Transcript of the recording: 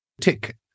Tick